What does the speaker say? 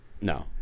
No